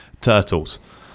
turtles